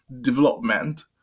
development